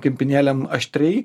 kempinėlėm aštriai